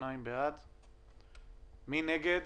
מי נגד?